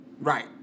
Right